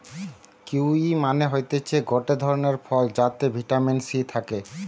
kiwi মানে হতিছে গটে ধরণের ফল যাতে ভিটামিন সি থাকে